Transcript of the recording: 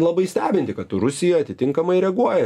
labai stebinti kad rusija atitinkamai reaguoja